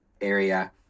area